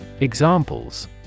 Examples